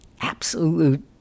absolute